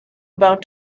about